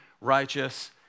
righteous